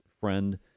friend